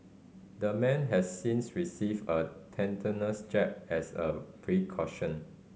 the man has since received a tetanus jab as a precaution